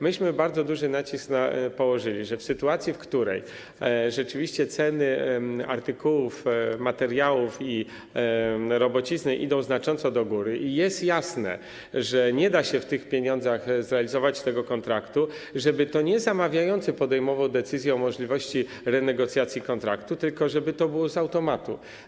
Myśmy bardzo duży nacisk położyli na to, żeby w sytuacji gdy rzeczywiście ceny artykułów, materiałów i robocizny idą znacząco w górę i jest jasne, że nie da się przy tych pieniądzach zrealizować tego kontraktu, to nie zamawiający podejmował decyzję o możliwości renegocjacji kontraktu, tylko żeby to było z automatu.